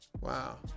Wow